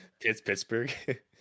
Pittsburgh